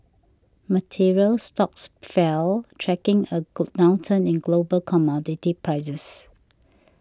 materials stocks fell tracking a go downturn in global commodity prices